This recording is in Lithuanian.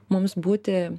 mums būti